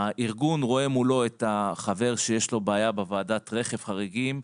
הארגון רואה מולו את החבר שיש לו בעיה בוועדת רכב חריגים,